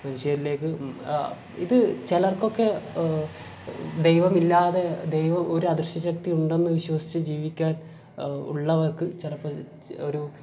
മനുഷ്യരിലേക്ക് ഇത് ചിലർക്കൊക്കെ ദൈവം ഇല്ലാതെ ദൈവം ഒരു അദൃശ്യശക്തി ഉണ്ടെന്ന് വിശ്വസിച്ച് ജീവിക്കാൻ ഉള്ളവർക്ക് ചിലപ്പം ഒരു